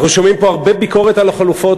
אנחנו שומעים פה הרבה ביקורת על החלופות